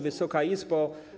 Wysoka Izbo!